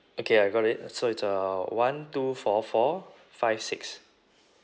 okay I got it so it's uh one two four four five six